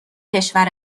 کشور